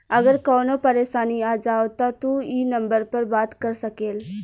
अगर कवनो परेशानी आ जाव त तू ई नम्बर पर बात कर सकेल